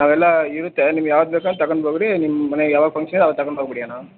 ಅವೆಲ್ಲ ಇರುತ್ತೆ ನಿಮ್ಗೆ ಯಾವ್ದು ಬೇಕೋ ಅದು ತಗಂಡ್ ಹೋಗ್ರಿ ನಿಮ್ಮ ಮನೆಗೆ ಯಾವಾಗ ಫಂಕ್ಷನ್ ಅವಾಗ ತಗೊಂಡು ಹೋಗಿಬಿಡಿ ಅಣ್ಣ